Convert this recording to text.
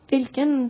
Vilken